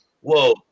whoa